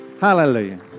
Hallelujah